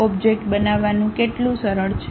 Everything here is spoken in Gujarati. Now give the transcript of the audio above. ઓબ્જેક્ટ બનાવવાનું કેટલું સરળ છે